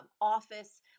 office